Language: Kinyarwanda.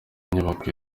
nyubako